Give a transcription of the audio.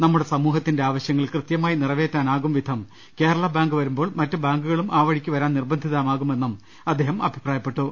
നമ്മുടെ സമൂഹ ത്തിന്റെ ആവശ്യങ്ങൾ കൃത്യമായി നിറവേറ്റാനാകുംവിധം കേരളബാങ്ക് വള രുമ്പോൾ മറ്റു ബാങ്കുകളും ആ വഴിക്ക് വരാൻ നിർബന്ധിതരാകുമെന്നും അദ്ദേഹം പറഞ്ഞു